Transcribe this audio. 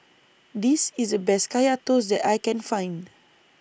This IS The Best Kaya Toast that I Can Find